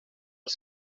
els